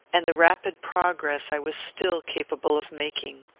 and the rapid progress i was still capable of making.